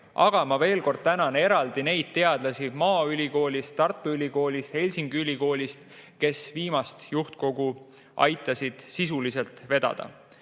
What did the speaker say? Aga ma veel kord tänan eraldi neid teadlasi maaülikoolist, Tartu Ülikoolist ja Helsingi Ülikoolist, kes viimast juhtkogu aitasid sisuliselt vedada.